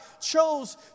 chose